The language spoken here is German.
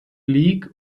league